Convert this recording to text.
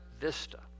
vista